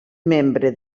membre